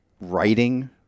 writing